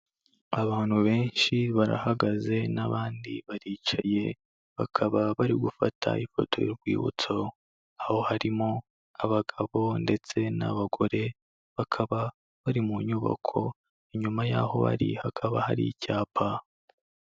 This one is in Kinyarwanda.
Abantu benshi barahagaze n'abandi baricaye, bakaba bari gufata ifoto y'urwibutso, aho harimo abagabo ndetse n'abagore, bakaba bari mu nyubako inyuma y'aho bari hakaba hari icyapa.